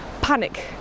panic